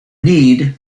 need